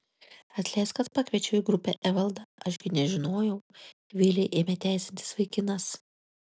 atleisk kad pakviečiau į grupę evaldą aš gi nežinojau vėlei ėmė teisintis vaikinas